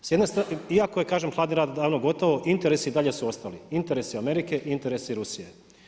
S jedne strane, iako je kažem hladni rat davno gotov interesi i dalje su ostali, interesi Amerike, interesi Rusije.